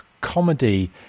comedy